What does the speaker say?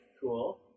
Cool